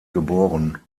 geboren